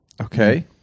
Okay